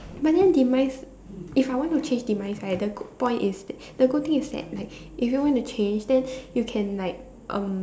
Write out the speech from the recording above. but then demise if I want to change demise right the good point is that the good thing is that like if you want to change then you can like um